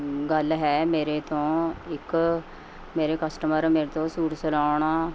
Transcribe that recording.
ਗੱਲ ਹੈ ਮੇਰੇ ਤੋਂ ਇੱਕ ਮੇਰੇ ਕਸਟਮਰ ਮੇਰੇ ਤੋਂ ਸੂਟ ਸਿਲਾਉਣਾ